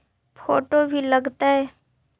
Photo भी लग तै?